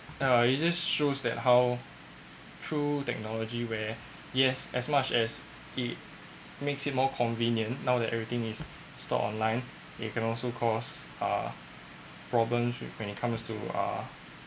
uh it just shows that how through technology where yes as much as he makes it more convenient now everything is stored online it can also cause uh problem with when it comes to uh